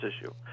issue